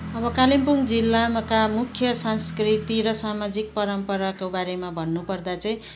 अब कालिम्पुङका जिल्लामाका मुख्य सांस्कृति र सामाजिक परम्पराको बारेमा भन्नु पर्दा चाहिँ